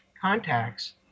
contacts